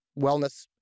wellness